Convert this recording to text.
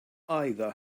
either